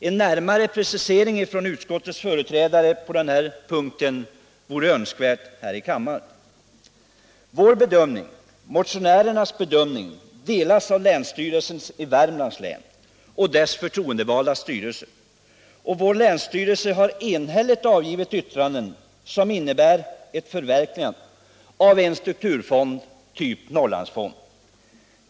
En närmare precisering på den punkten från utskottets företrädare här i kammaren vore önskvärd.